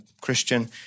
Christian